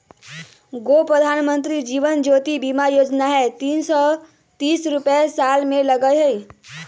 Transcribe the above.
गो प्रधानमंत्री जीवन ज्योति बीमा योजना है तीन सौ तीस रुपए साल में लगहई?